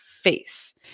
face